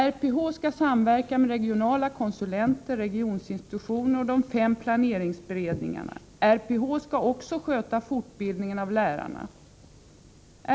RPH skall samverka med regionala konsulenter, regioninstitutioner och de fem planeringsberedningarna. RPH skall också sköta fortbildningen av lärarna.